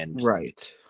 Right